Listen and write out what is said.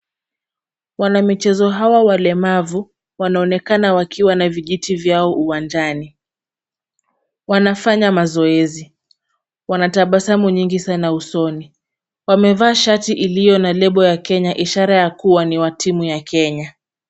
Wanamichezo hawa walemavu wanaonekana wakiwa na vijiti vyao uwanjani, wanafanya mazoezi. Wanatabasamu nyingi sana usoni. Wamevaa shati iliyo na lebo ya Kenya ishara ya kuwa ni wa timu ya Kenya.